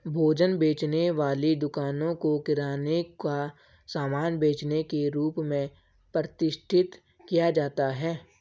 भोजन बेचने वाली दुकानों को किराने का सामान बेचने के रूप में प्रतिष्ठित किया जाता है